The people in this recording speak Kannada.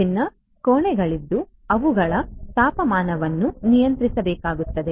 ವಿಭಿನ್ನ ಕೋಣೆಗಳಿದ್ದು ಅವುಗಳ ತಾಪಮಾನವನ್ನು ನಿಯಂತ್ರಿಸಬೇಕಾಗುತ್ತದೆ